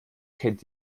kennt